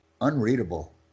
unreadable